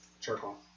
Charcoal